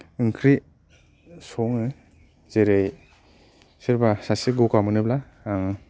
ओंख्रि सङो जेरै सोरबा सासे गगा मोनोब्ला आं